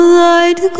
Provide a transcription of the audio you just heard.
light